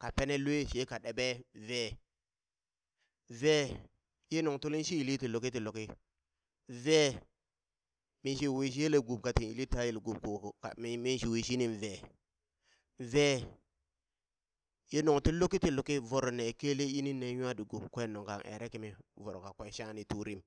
ka pene lue she ka ɗeɓe vee, vee ye nung tuli shi yili ti luki ti luki, vee minshi wii shi yele gub ka tin yilli ta yele gub ko ka k minshi wi shini vee, vee ye nung ti luki ti luki, voro ne kele yi nin ne nwa di gub, kwe nung kan ere kimi voro ka kwe shangha ni turim.